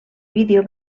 vídeo